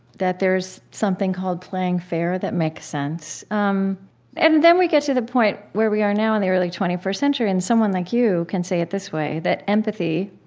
that there's something called playing fair that makes sense um and then we get to the point where we are now in the early twenty first century, and someone like you can say it this way, that empathy